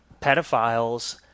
pedophiles